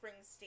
Springsteen